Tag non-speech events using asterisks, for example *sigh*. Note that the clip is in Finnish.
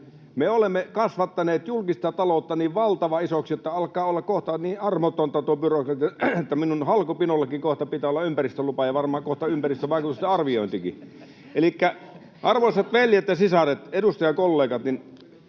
Me olemme kasvattaneet julkista taloutta niin valtavan isoksi, että alkaa olla kohta niin armotonta tuo byrokratia, että minun halkopinollenikin kohta pitää olla ympäristölupa ja varmaan kohta ympäristövaikutusten arviointikin. *laughs* Elikkä arvoisat veljet ja sisaret, edustajakollegat, juuri